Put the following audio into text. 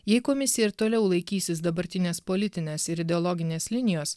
jei komisija ir toliau laikysis dabartinės politinės ir ideologinės linijos